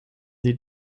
sie